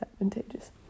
advantageous